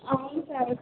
అవును సార్